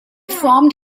formed